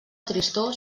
tristor